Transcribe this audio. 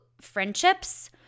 friendships